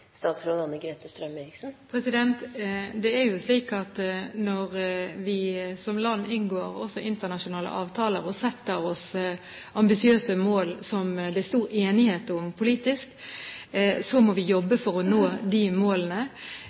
Det er jo slik at når vi som land inngår internasjonale avtaler og setter oss ambisiøse mål som det er stor enighet om politisk, må vi jobbe for å nå de målene.